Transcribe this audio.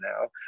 now